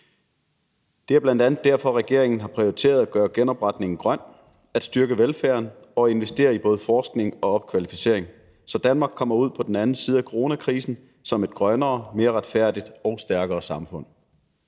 Det er bl.a. derfor, at regeringen har prioriteret at gøre genopretningen grøn, at styrke velfærden og investere i både forskning og opkvalificering, så Danmark kommer ud på den anden side af coronakrisen som et grønnere, mere retfærdigt og stærkere samfund.